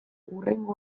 hurrengo